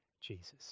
Jesus